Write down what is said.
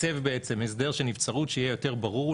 לעצב בעצם הסדר של נבצרות שיהיה יותר ברור,